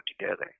together